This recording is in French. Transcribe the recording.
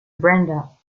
brenda